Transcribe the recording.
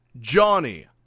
Johnny